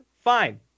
fine